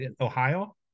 Ohio